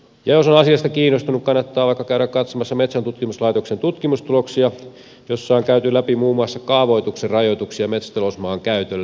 jos on asiasta kiinnostunut kannattaa käydä katsomassa vaikka metsäntutkimuslaitoksen tutkimustuloksia joissa on käyty läpi muun muassa kaavoituksen rajoituksia metsätalousmaan käytölle